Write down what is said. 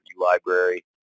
library